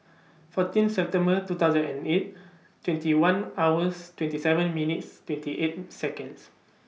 fourteen September two thousand and eight twenty one hours twenty seven minutes twenty eight Seconds